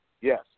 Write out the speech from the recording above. Yes